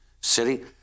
city